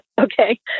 okay